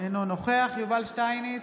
אינו נוכח יובל שטייניץ,